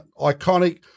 iconic